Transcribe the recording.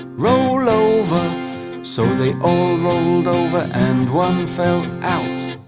roll over so they all rolled over and one fell out